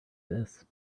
this